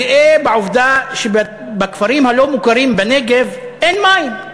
גאה בעובדה שבכפרים הלא-מוכרים בנגב אין מים.